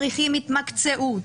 צריכים התמקצעות,